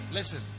Listen